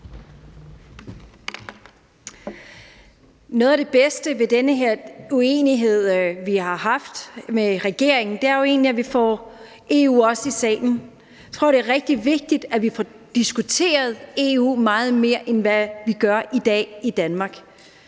Noget af det bedste ved den her uenighed, vi har haft med regeringen, er jo egentlig også, at vi får EU herind i salen. Jeg tror, det er rigtig vigtigt, at vi får diskuteret EU meget mere, end hvad vi gør i dag i Danmark.